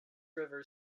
river